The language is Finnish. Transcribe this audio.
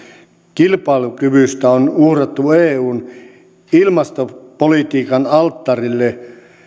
kilpailukyvystä on uhrattu eun ilmastopolitiikan alttarille